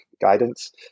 guidance